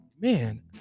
man